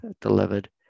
delivered